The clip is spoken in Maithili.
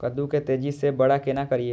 कद्दू के तेजी से बड़ा केना करिए?